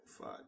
five